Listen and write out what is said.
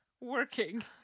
working